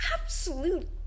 absolute